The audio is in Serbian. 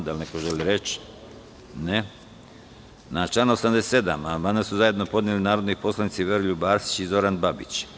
Da li neko želi reč? (Ne.) Na član 87. amandman su zajedno podneli narodni poslanici Veroljub Arsić i Zoran Babić.